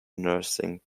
nursing